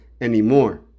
anymore